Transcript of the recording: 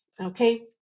okay